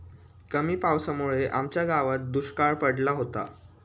कमी पावसामुळे आमच्या गावात दुष्काळ पडला होता